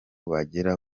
bagera